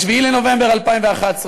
ב-5 בנובמבר 2014,